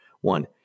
One